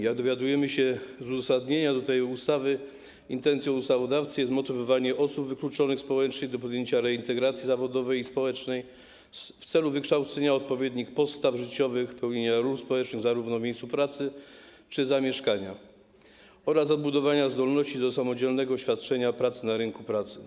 Jak dowiadujemy się z uzasadnienia do tej ustawy, intencją ustawodawcy jest motywowanie osób wykluczonych społecznie do pojęcia reintegracji zawodowej i społecznej w celu wykształcenia odpowiednich postaw życiowych, pełnienia ról społecznych zarówno w miejscu pracy, jak i w miejscu zamieszkania oraz odbudowania zdolności do samodzielnego świadczenia pracy na rynku pracy.